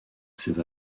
sydd